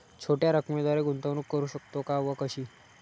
छोट्या रकमेद्वारे गुंतवणूक करू शकतो का व कशी?